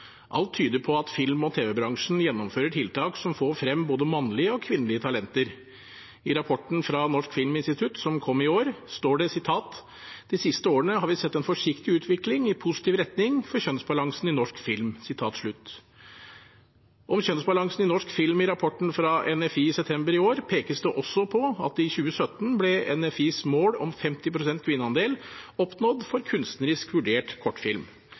Alt tyder på at film- og tv-bransjen gjennomfører tiltak som får frem både mannlige og kvinnelige talenter. I rapporten fra Norsk filminstitutt som kom i år, står det: «De siste årene har vi sett en forsiktig utvikling i positiv retning for kjønnsbalansen i norsk film.» Om kjønnsbalansen i norsk film i rapporten fra NFI i september i år pekes det også på at i 2017 ble NFIs mål om 50 pst. kvinneandel oppnådd for kunstnerisk vurdert kortfilm.